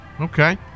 Okay